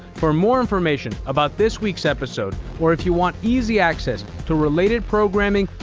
for more information about this week's episode or if you want easy access to related programming,